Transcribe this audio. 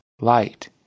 light